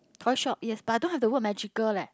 toy shop yes but I don't have the word magical leh